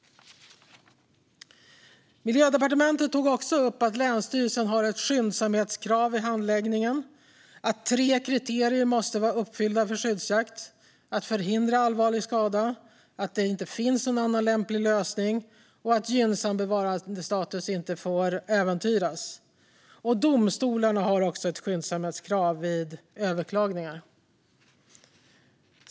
Miljödepartementet tog också upp att länsstyrelsen har ett skyndsamhetskrav vid handläggningen. Tre kriterier måste vara uppfyllda för skyddsjakt: att förhindra allvarlig skada, att det inte finns någon annan lämplig lösning och att gynnsam bevarandestatus inte får äventyras. Domstolarna har också ett skyndsamhetskrav vid överklagningar.